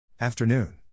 Afternoon